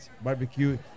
Barbecue